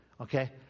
Okay